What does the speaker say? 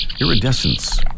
iridescence